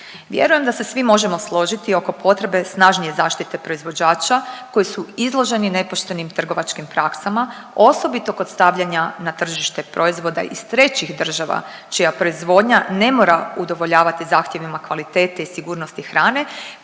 Vjerujem da se svi možemo složiti oko potrebe snažnije zaštite proizvođača koji su izloženi nepoštenim trgovačkim praksama, osobito kod stavljanja na tržište proizvoda iz trećih država čija proizvodnja ne mora udovoljavati zahtjevima kvalitete i sigurnosti hrane